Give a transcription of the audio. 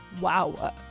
Wow